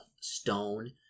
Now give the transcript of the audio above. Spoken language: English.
stone